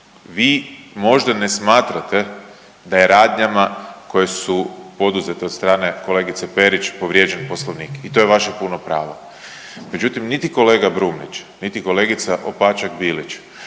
vi možda ne smatrate da je radnjama koje su poduzete od strane kolegice Perić povrijeđen poslovnik i to je vaše puno pravo, međutim niti kolega Brumnić niti kolegica Opačak Bilić